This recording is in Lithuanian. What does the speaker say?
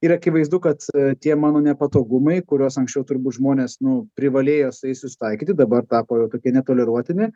ir akivaizdu kad tie mano nepatogumai kuriuos anksčiau turbūt žmonės nu privalėjo su jais susitaikyti dabar tapo jau tokie netoleruotini